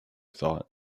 thought